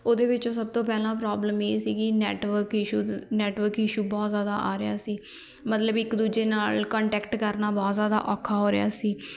ਉਹਦੇ ਵਿੱਚ ਸਭ ਤੋਂ ਪਹਿਲਾਂ ਪ੍ਰੋਬਲਮ ਇਹ ਸੀਗੀ ਨੈਟਵਰਕ ਇਸ਼ੂ ਨੈਟਵਰਕ ਇਸ਼ੂ ਬਹੁਤ ਜ਼ਿਆਦਾ ਆ ਰਿਹਾ ਸੀ ਮਤਲਬ ਇੱਕ ਦੂਜੇ ਨਾਲ ਕੰਟੈਕਟ ਕਰਨਾ ਬਹੁਤ ਜ਼ਿਆਦਾ ਔਖਾ ਹੋ ਰਿਹਾ ਸੀ